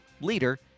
leader